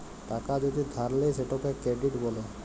টাকা যদি ধার লেয় সেটকে কেরডিট ব্যলে